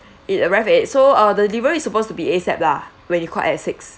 it arrived eight so uh the delivery is supposed to be A_S_A_P lah when you called at six